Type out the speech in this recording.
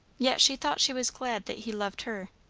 yet she thought she was glad that he loved her.